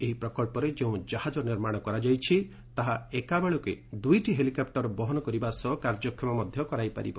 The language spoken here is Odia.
ଏହି ପ୍ରକଚ୍ଚରେ ଯେଉଁ କାହାଜ ନିର୍ମାଣ କରାଯାଇଛି ତାହା ଏକାବେଳକେ ଦୁଇଟି ହେଲିକପୁର ବହନ କରିବା ସହ କାର୍ଯ୍ୟକ୍ଷମ ମଧ୍ୟ କରାଇପାରିବ